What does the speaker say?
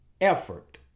effort